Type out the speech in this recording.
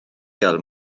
gael